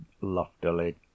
loftily